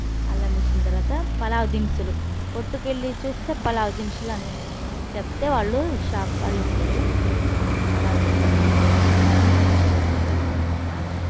అల్లం వేసిన తర్వాత పలావ్ దినుసులు కొట్టుకెళ్లి చూస్తే పలావ్ దినుసులు అని చెప్తే వాళ్ళు షాప్ వాళ్ళు ఇస్తారు పలావ్ దినుసులు తీసుకున్న తర్వాత ఆకుల వేసిన తర్వాత